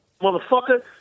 Motherfucker